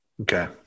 Okay